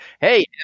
hey